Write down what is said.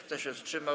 Kto się wstrzymał?